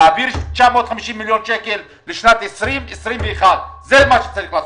להעביר 950 מיליון שקלים לשנת 2021. זה מה שצריך לעשות.